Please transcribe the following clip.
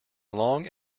long